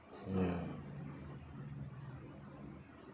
ya